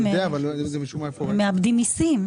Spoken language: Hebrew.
--- ברור, הם מאבדים מיסים.